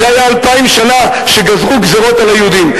זה היה אלפיים שנה שגזרו גזירות על היהודים.